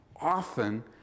Often